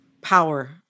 power